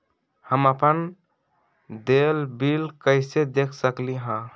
हम अपन देल बिल कैसे देख सकली ह?